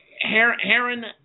Heron